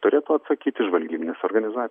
turėtų atsakyti žvalgybinės organiza